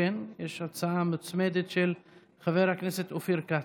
יש הצעה מוצמדת של חבר הכנסת אופיר כץ.